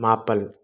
ꯃꯥꯄꯟ